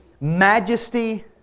majesty